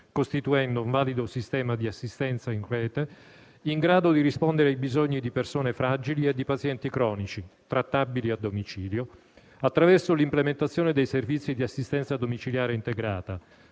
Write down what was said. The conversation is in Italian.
costituendo un valido sistema di assistenza in rete, in grado di rispondere ai bisogni di persone fragili e di pazienti cronici, trattabili a domicilio attraverso l'implementazione dei servizi di assistenza domiciliare integrata,